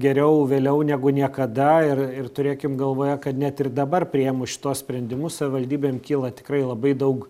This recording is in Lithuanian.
geriau vėliau negu niekada ir ir turėkim galvoje kad net ir dabar priėmus šituos sprendimus savivaldybėm kyla tikrai labai daug